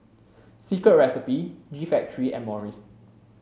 Secret Recipe G Factory and Morries